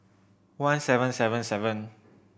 one seven seven seven